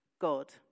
God